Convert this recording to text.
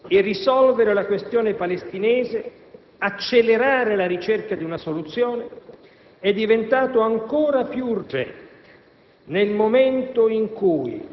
Il conflitto israelo-palestinese rimane la chiave di tutti i conflitti mediorientali (questa è fermamente la mia opinione),